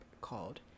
called